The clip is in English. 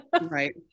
Right